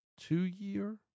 two-year